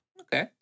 Okay